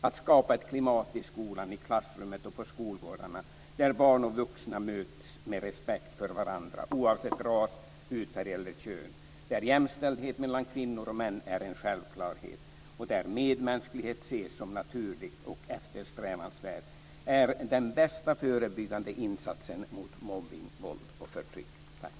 Att skapa ett klimat i skolan, i klassrummet och på skolgårdarna där barn och vuxna möts med respekt för varandra oavsett ras, hudfärg eller kön, där jämställdhet mellan kvinnor och män är en självklarhet och där medmänsklighet ses som naturligt och eftersträvansvärt är den bästa förebyggande insatsen mot mobbning, våld och förtryck. Tack!